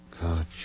God